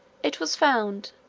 it was found,